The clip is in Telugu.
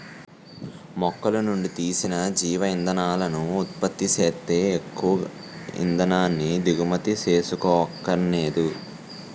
మొక్కలనుండి తీసిన జీవ ఇంధనాలను ఉత్పత్తి సేత్తే ఎక్కువ ఇంధనాన్ని దిగుమతి సేసుకోవక్కరనేదు